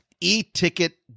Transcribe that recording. e-ticket